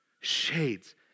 Shades